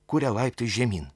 kuria laiptais žemyn